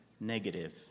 negative